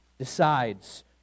decides